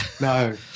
No